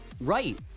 right